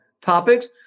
topics